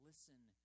Listen